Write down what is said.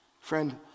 Friend